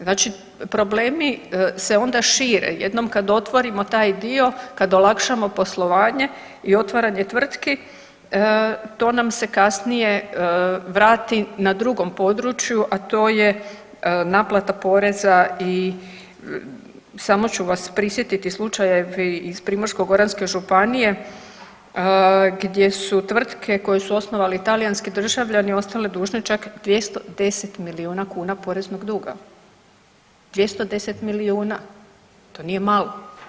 Znači problemi se onda šire, jednom kad otvorimo taj dio, kad olakšamo poslovanje i otvaranje tvrtki to nam se kasnije vrati na drugom području, a to je naplata poreza i samo ću vas prisjetiti slučaja iz Primorsko-goranske županije gdje su tvrtke koje su osnovali talijanski državljani ostale dužne čak 210 milijuna kuna poreznog duga, 210 milijuna, to nije malo.